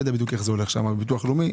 לא יודע איך זה הולך בביטוח לאומי.